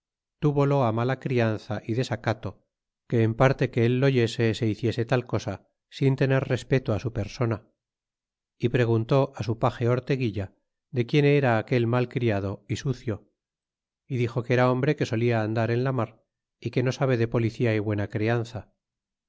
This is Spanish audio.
valeroso tuvolo mala crianza y desacato que en parte que el lo oyese se hiciese tal cosa sin tener respeto su persona y preguntó su page orteguilla que quien era aquel mal criado é sucio e dixo que era hombre que solia andar en la mar é que no sabe de policía é buena crianza